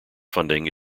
funding